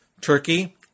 Turkey